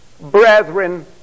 Brethren